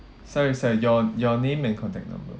sorry sorry your your name and contact number